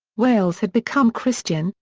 wales had become christian,